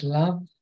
love